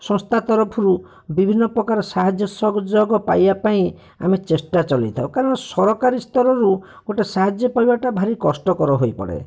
ସଂସ୍ଥା ତରଫରୁ ବିଭିନ୍ନ ପ୍ରକାର ସାହାଯ୍ୟ ସହଯୋଗ ପାଇବା ପାଇଁ ଆମେ ଚେଷ୍ଟା ଚଲାଇଥାଉ କାରଣ ସରକାରୀ ସ୍ତରରୁ ଗୋଟିଏ ସାହାଯ୍ୟ ପାଇବାଟା ଭାରି କଷ୍ଟକର ହୋଇପଡ଼େ